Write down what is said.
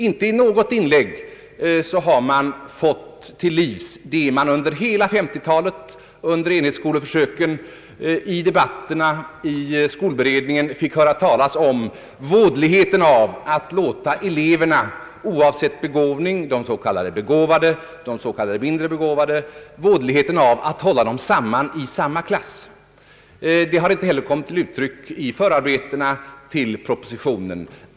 Inte i något inlägg har man fått till livs det som man under hela 1950-talet, under enhetsskoleförsöken och i debatterna kring skolberedningen fick höra talas om — vådligheten av att hålla s.k. begåvade och s.k. mindre begåvade elever i samma klass. Det har inte heller kommit till uttryck i förarbetena till propositionen.